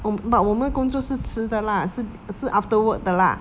but 我们工作是迟的 lah 是是 after work 的 lah